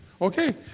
Okay